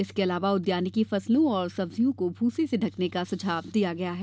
इसके अलावा उद्यानिकी फसलों और सब्जियों की फसल को भूसे से ढ़कने का सुझाव दिया गया है